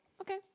okay